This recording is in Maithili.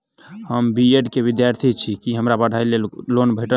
हम बी ऐड केँ विद्यार्थी छी, की हमरा पढ़ाई लेल लोन भेटतय?